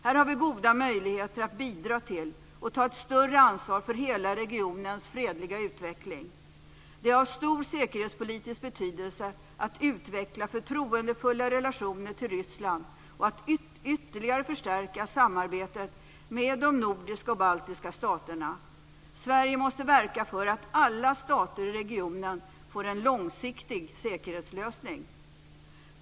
Här har vi goda möjligheter att bidra till och ta ett större ansvar för hela regionens fredliga utveckling. Det är av stor säkerhetspolitisk betydelse att utveckla förtroendefulla relationer till Ryssland och att ytterligare förstärka samarbetet med de nordiska och baltiska staterna. Sverige måste verka för att alla stater i regionen får en långsiktig säkerhetslösning.